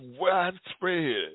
widespread